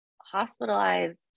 hospitalized